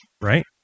Right